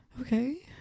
okay